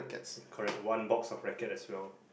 correct one box of rackets as well